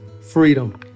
Freedom